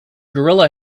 gorilla